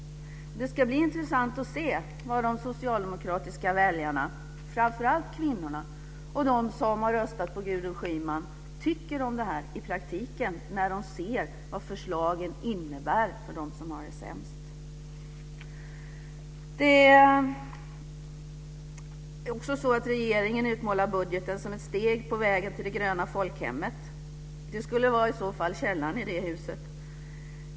Det ska bli intressant att se vad de socialdemokratiska väljarna, framför allt kvinnorna, och de som har röstat på Gudrun Schyman tycker om det här i praktiken när de ser vad förslagen innebär för dem som har det sämst. Regeringen utmålar också budgeten som ett steg på vägen till det gröna folkhemmet. Det skulle i så fall vara källaren i det huset.